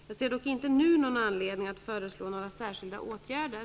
Jag ser dock inte nu någon anledning att föreslå några särskilda åtgärder.